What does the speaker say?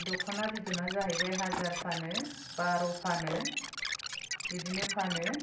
दख'ना बिद'ना जाहैबाय हाजार फानो बार' फानो बिदिनो फानो